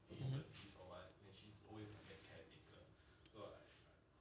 mmhmm